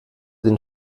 den